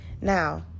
Now